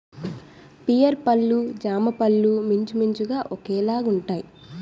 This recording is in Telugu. పియర్ పళ్ళు జామపళ్ళు మించుమించుగా ఒకేలాగుంటాయి